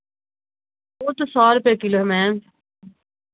वह तो सौ रुपये किलो है मैम